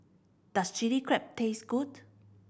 does Chili Crab taste good